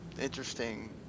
interesting